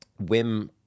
Wim